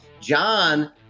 John